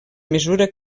mesura